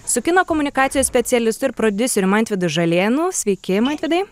su kino komunikacijos specialistu ir prodiuseriu mantvidu žalėnu sveiki mantvidai